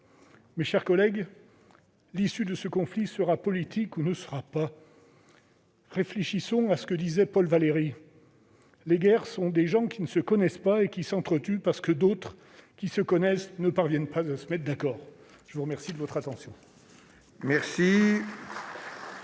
Mes chers collègues, l'issue de ce conflit sera politique ou ne sera pas. Réfléchissons à ce que disait Paul Valéry :« Les guerres, ce sont des gens qui ne se connaissent pas et qui s'entretuent parce que d'autres qui se connaissent très bien ne parviennent pas à se mettre d'accord. » La parole est à M. Jean-Marc